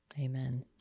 amen